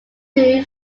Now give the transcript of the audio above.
two